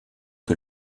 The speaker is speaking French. que